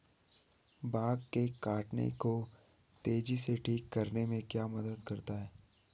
Bug के काटने को तेजी से ठीक करने में क्या मदद करता है?